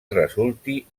resulti